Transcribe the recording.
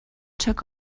took